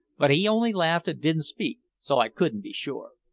but he only laughed, and didn't speak, so i couldn't be sure.